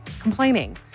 complaining